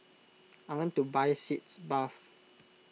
I want to buy Sitz Bath